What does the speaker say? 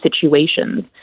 situations